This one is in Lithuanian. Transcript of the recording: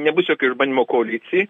nebus jokio išbandymo koalicijai